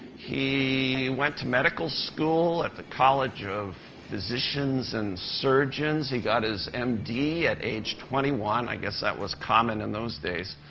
he went to medical school at the college of physicians and surgeons. he got his m d. at age twenty one. i guess that was common in those days.